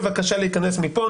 בבקשה להיכנס מפה,